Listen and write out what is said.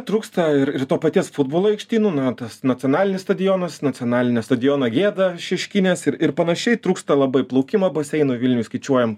trūksta ir ir to paties futbolo aikštynų na tas nacionalinis stadionas nacionalinio stadiono gėda šeškinės ir ir panašiai trūksta labai plaukimo baseinų vilniuj skaičiuojam